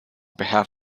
behalf